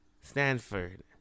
Stanford